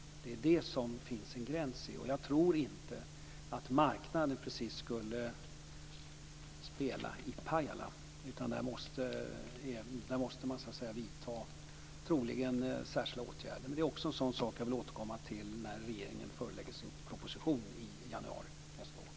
Det är där det går en gräns. Jag tror inte precis att marknaden skulle spela i Pajala. Där måste man troligen vidta särskilda åtgärder. Men det är också en sådan sak som jag vill återkomma till när regeringen lägger fram sin proposition i januari nästa år.